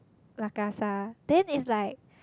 La-Casa then is like